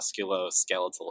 musculoskeletal